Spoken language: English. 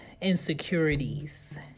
insecurities